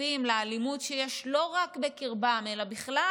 חשופים לאלימות שיש לא רק בקרבם אלא בכלל,